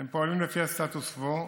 פועלים לפי הסטטוס קוו.